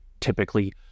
typically